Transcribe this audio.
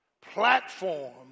platform